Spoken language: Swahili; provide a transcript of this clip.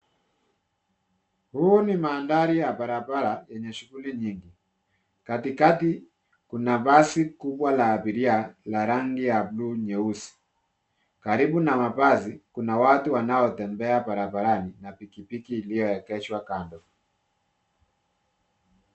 Huu ni mandhari ya barabara yenye shughuli nyingi. Katikati kuna basi kubwa la abiria la rangi ya bluu nyeusi. Karibu na mabasi kuna watu wanaotembea barabarani na pikipiki iliyoegeshwa kando.